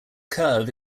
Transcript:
curve